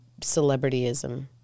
celebrityism